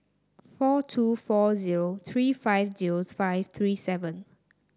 four two four zero three five zero five three seven